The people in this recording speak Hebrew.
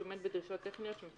שעומד בדרישות טכניות.